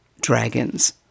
dragons